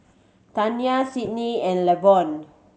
Tania Sidney and Lavonne